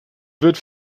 wird